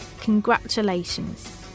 congratulations